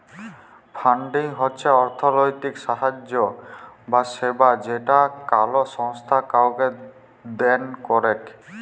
funding হচ্ছ অর্থলৈতিক সাহায্য বা সেবা যেটা কোলো সংস্থা কাওকে দেন করেক